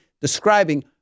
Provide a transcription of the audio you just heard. describing